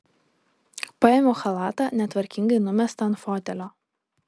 paėmiau chalatą netvarkingai numestą ant fotelio